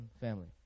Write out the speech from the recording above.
family